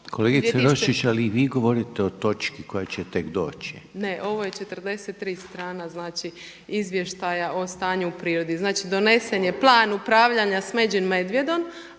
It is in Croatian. Kolegice Roščić, ali vi govorite o točki koja će tek doći./… Ne ovo je 43. strana, znači Izvještaja o stanju u prirodi. Znači donesen je plan upravljanja smeđim medvjedom,